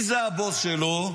הבוס שלו.